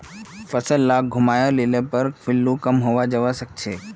फसल लाक घूमाय लिले पर पिल्लू कम हैं जबा सखछेक